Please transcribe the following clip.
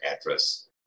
address